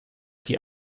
die